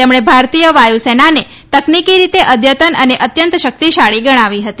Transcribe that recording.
તેમણે ભારતીય વાયુસેનાને તકનીકી રીતે અદ્યતન અને અત્યંત શરેક્તશાળી ગણાવી હતી